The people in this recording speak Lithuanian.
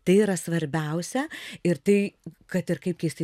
tai yra svarbiausia ir tai kad ir kaip keistai